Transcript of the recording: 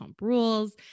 Rules